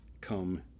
come